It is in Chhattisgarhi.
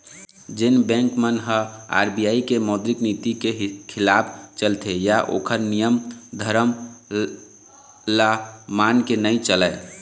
जेन बेंक मन ह आर.बी.आई के मौद्रिक नीति के खिलाफ चलथे या ओखर नियम धरम ल मान के नइ चलय